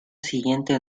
siguiente